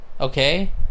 okay